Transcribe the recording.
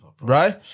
Right